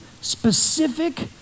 specific